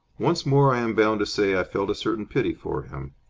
once more, i am bound to say, i felt a certain pity for him.